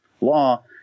law